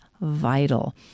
vital